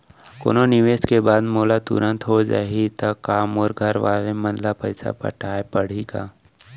कोनो निवेश के बाद मोला तुरंत हो जाही ता का मोर घरवाले मन ला पइसा पटाय पड़ही का?